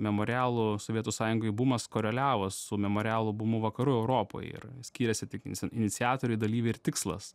memorialų sovietų sąjungoj bumas koreliavo su memorialo bumu vakarų europoj ir skyrėsi tik inici iniciatoriai dalyviai ir tikslas